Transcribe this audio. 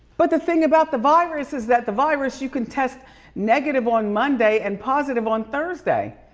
but the thing about the virus is that the virus you can test negative on monday and positive on thursday.